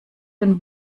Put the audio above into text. den